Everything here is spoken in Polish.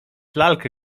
lalkę